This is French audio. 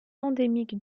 endémique